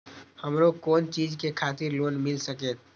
हमरो कोन चीज के खातिर लोन मिल संकेत?